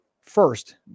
First